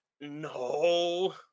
no